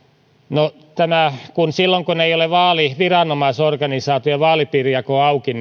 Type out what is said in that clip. no silloin kun ei ole vaaliviranomaisorganisaatio ja vaalipiirijako auki